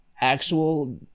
actual